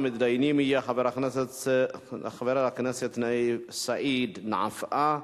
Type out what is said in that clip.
ראשון המתדיינים יהיה חבר הכנסת סעיד נפאע,